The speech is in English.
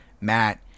Matt